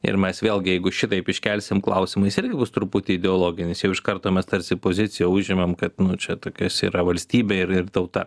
ir mes vėlgi jeigu šitaip iškelsim klausimą jis irgi bus truputį ideologinis jau iš karto mes tarsi poziciją užimam kad čia tokios yra valstybė ir ir tauta